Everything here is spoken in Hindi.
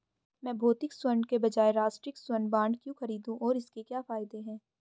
मैं भौतिक स्वर्ण के बजाय राष्ट्रिक स्वर्ण बॉन्ड क्यों खरीदूं और इसके क्या फायदे हैं?